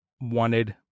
wanted